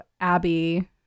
Abby